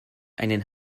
einen